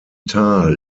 tal